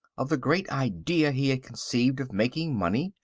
of the great idea he had conceived of making money,